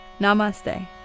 Namaste